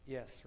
Yes